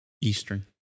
eastern